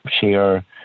share